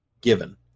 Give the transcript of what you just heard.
given